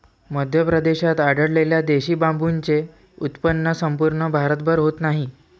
मध्य प्रदेशात आढळलेल्या देशी बांबूचे उत्पन्न संपूर्ण भारतभर होत नाही